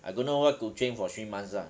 I don't know what to train for three months lah